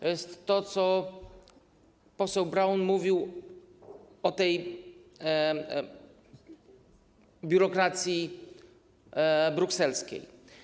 To jest to, co poseł Braun mówił o tej biurokracji brukselskiej.